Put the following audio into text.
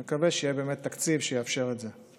אני מקווה שיהיה באמת תקציב שיאפשר את זה.